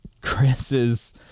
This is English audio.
Chris's